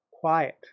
quiet